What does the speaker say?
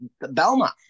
Belmont